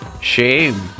Shame